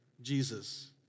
Jesus